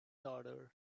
daughter